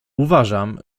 uważam